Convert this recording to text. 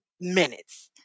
Minutes